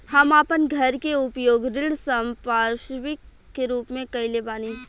हम आपन घर के उपयोग ऋण संपार्श्विक के रूप में कइले बानी